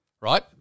Right